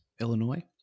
Illinois